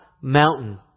mountain